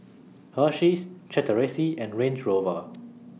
Hersheys Chateraise and Range Rover